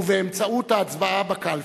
ובאמצעות ההצבעה בקלפי.